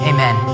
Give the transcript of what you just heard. Amen